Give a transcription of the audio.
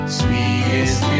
sweetest